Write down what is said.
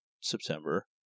September